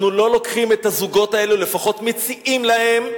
אנחנו לא לוקחים את הזוגות, לפחות מציעים להם: